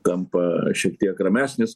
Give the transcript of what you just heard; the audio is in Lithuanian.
tampa šiek tiek ramesnis